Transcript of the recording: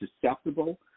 susceptible